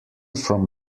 from